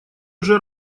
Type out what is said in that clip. уже